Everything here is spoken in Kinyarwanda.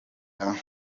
bulaya